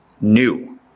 new